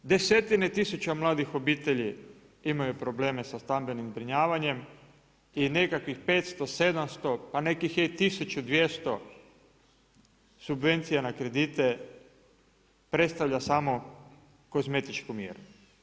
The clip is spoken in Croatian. U Hrvatskoj desetine tisuća mladih obitelji imaju probleme sa stambenim zbrinjavanjem i nekakvih 500, 700, pa nek' ih je i 1200 subvencija na kredite predstavlja samo kozmetičku mjeru.